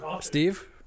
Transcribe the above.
Steve